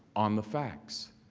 on the facts.